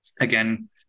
Again